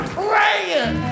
praying